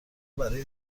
برای